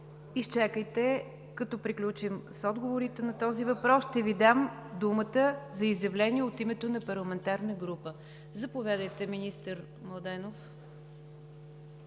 Изчакайте, като приключим с отговорите на този въпрос, ще Ви дам думата за изявление от името на парламентарна група. Заповядайте, господин Паунов.